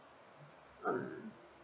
um